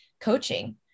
coaching